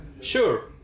Sure